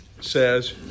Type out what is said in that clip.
says